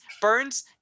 Burns